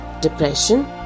depression